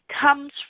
comes